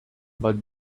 but